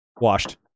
Washed